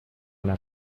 una